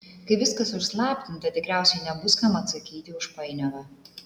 kai viskas užslaptinta tikriausiai nebus kam atsakyti už painiavą